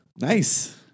Nice